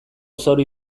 zauri